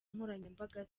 nkoranyambaga